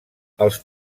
els